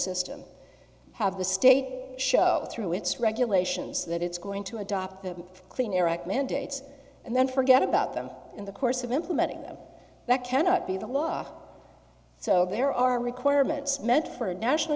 system have the state show through its regulations that it's going to adopt the clean air act mandates and then forget about them in the course of implementing that cannot be the law so there are requirements met for a national